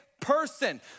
Person